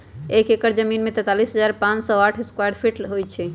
एक एकड़ जमीन में तैंतालीस हजार पांच सौ साठ स्क्वायर फीट होई छई